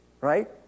Right